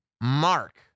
Mark